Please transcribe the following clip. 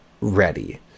ready